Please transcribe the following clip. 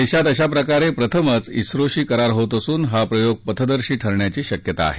देशात अशा प्रकारे प्रथमच इस्रोशी करार होत असून हा प्रयोग पथदर्शी ठरण्याची शक्यता आहे